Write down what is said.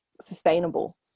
sustainable